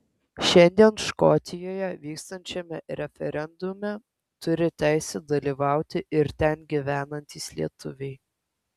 šiandien škotijoje vykstančiame referendume turi teisę dalyvauti ir ten gyvenantys lietuviai